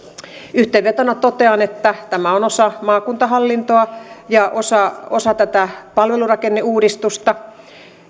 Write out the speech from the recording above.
yhteenvetona totean että tämä on osa maakuntahallintoa ja osa osa tätä palvelurakenneuudistusta